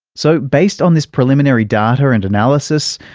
so based on this preliminary data and analysis,